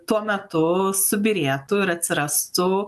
tuo metu subyrėtų ir atsirastų